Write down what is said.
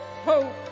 hope